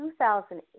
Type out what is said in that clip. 2008